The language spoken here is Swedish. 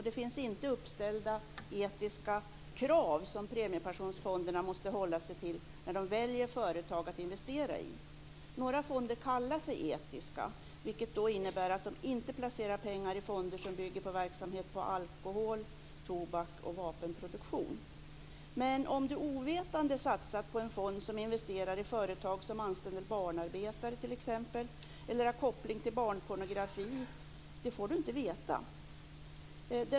Det finns inte heller uppställda etiska krav som premiepensionsfonderna måste hålla sig till när de väljer företag att investera i. Några fonder kallar sig etiska, vilket innebär att de inte placerar pengar i fonder som bygger på verksamhet som alkohol, tobak och vapenproduktion. Men om man råkar satsa på en fond som investerar i företag som anställer barnarbetare t.ex. eller har koppling till barnpornografi får man inte veta det.